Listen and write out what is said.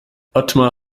otmar